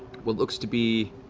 what looks to be